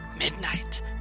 midnight